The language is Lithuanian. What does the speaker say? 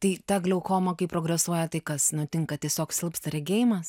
tai ta glaukoma kaip progresuoja tai kas nutinka tiesiog silpsta regėjimas